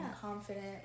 confident